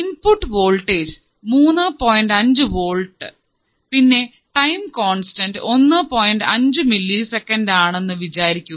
input voltage മൂന്ന് point അഞ്ചു volt പിന്നെ ടൈം കോൺസ്റ്റന്റ് ഒന്ന് പോയിന്റ് അഞ്ചു മില്ലി സെക്കന്റ് ആണെന്ന് വിചാരിക്കുക